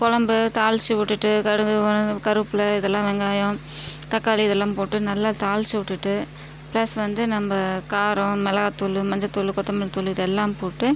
குழம்பு தாளிச்சு விட்டுட்டு கடுகு கருவேப்பிலை இதெல்லாம் வெங்காயம் தக்காளி இதெல்லாம் போட்டு நல்லா தாளிச்சு விட்டுட்டு பிளஸ் வந்து நம்ப காரம் மிளகாய்த்தூள் மஞ்சத்தூள் கொத்தமல்லித்தூள் இது எல்லாம் போட்டு